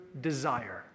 desire